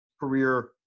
career